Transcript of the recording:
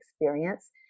experience